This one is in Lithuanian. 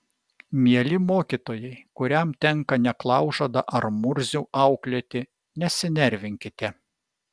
mieli mokytojai kuriam tenka neklaužadą ar murzių auklėti nesinervinkite